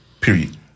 Period